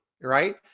right